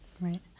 Right